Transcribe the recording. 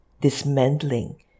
dismantling